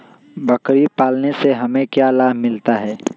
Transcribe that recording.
बकरी पालने से हमें क्या लाभ मिलता है?